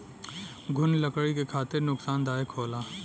घुन लकड़ी के खातिर नुकसानदायक होला